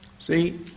See